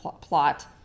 plot